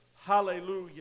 Hallelujah